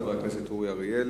חבר הכנסת אורי אריאל,